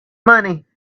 money